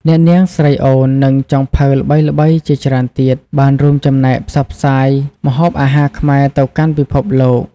អ្នកនាង ស្រីអូន និងចុងភៅល្បីៗជាច្រើនទៀតបានរួមចំណែកផ្សព្វផ្សាយម្ហូបអាហារខ្មែរទៅកាន់ពិភពលោក។